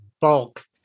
bulk